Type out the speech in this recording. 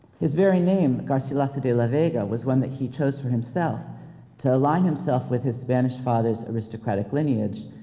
his very name garcilaso de la vega was one that he chose for himself to align himself with his spanish father's aristocratic lineage,